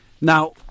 Now